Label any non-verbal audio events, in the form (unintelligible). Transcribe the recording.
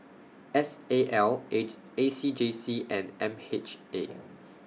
S A L (unintelligible) A C J C and M H A